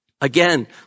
Again